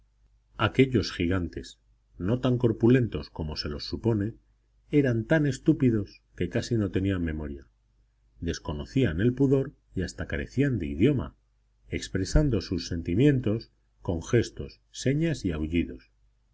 de los hotentotes aquellos gigantes no tan corpulentos como se los supone eran tan estúpidos que casi no tenían memoria desconocían el pudor y hasta carecían de idioma expresando sus sentimientos con gestos señas y aullidos